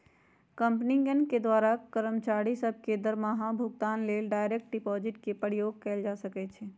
कंपनियों द्वारा कर्मचारि सभ के दरमाहा भुगतान लेल डायरेक्ट डिपाजिट के प्रयोग कएल जा सकै छै